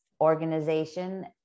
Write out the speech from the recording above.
organization